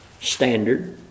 standard